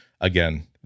again